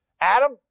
Adam